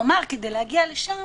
כלומר, כדי להגיע לשם,